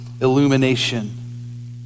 illumination